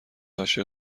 عاشق